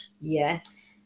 yes